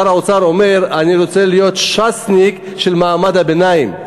האוצר אומר: אני רוצה להיות ש"סניק של מעמד הביניים.